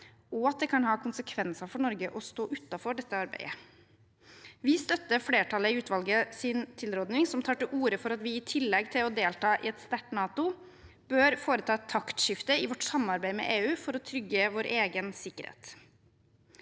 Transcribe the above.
og at det kan ha konsekvenser for Norge å stå utenfor dette arbeidet. Vi støtter tilrådingen fra flertallet i utvalget, som tar til orde for at vi i tillegg til å delta i et sterkt NATO bør foreta et taktskifte i vårt samarbeid med EU for å trygge vår egen sikkerhet.